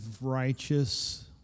righteous